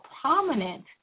prominent